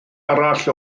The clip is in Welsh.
arall